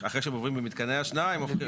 אחרי שהם עוברים במתקני השנעה הם הופכים,